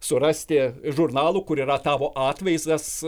surasti žurnalų kur yra tavo atvaizdas